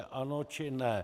Ano, či ne?